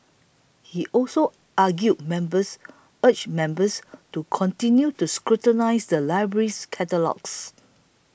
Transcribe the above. he also argue members urged members to continue to scrutinise the library's catalogues